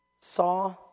saw